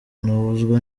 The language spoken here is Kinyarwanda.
nabuzwa